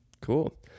Cool